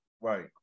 Right